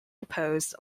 deposed